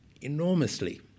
enormously